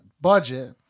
budget